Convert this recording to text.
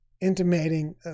intimating